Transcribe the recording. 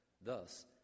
Thus